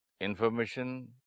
information